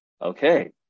Okay